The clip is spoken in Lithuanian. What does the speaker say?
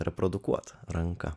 reprodukuot ranka